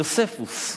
יוספוס.